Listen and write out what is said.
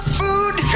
food